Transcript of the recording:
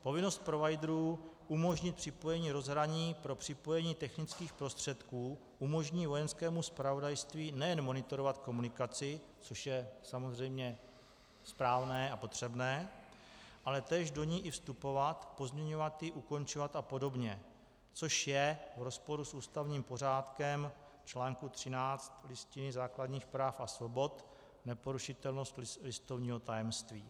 Povinnost providerů umožnit připojení rozhraní pro připojení technických prostředků umožní Vojenskému zpravodajství nejen monitorovat komunikaci, což je samozřejmě správné a potřebné, ale též do ní i vstupovat, pozměňovat ji, ukončovat apod., což je v rozporu s ústavním pořádkem v článku 13 Listiny základních práv a svobod neporušitelnost listovního tajemství.